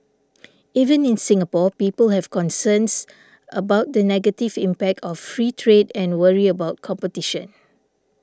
even in Singapore people have concerns about the negative impact of free trade and worry about competition